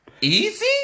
Easy